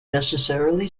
necessarily